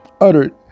uttered